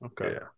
Okay